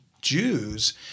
Jews